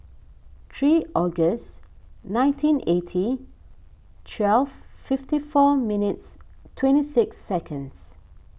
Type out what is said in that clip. three August nineteen eighty twelve fifty four minutes twenty six seconds